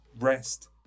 rest